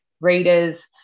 readers